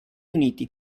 uniti